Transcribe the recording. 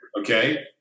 okay